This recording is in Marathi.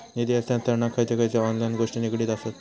निधी हस्तांतरणाक खयचे खयचे ऑनलाइन गोष्टी निगडीत आसत?